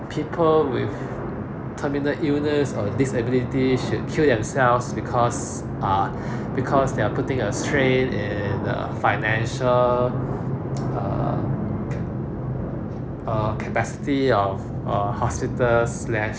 people with terminal illness or disability should kill themselves because err because they are putting a strain in the financial err err capacity of of hospital slash